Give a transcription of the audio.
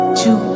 two